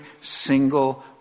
single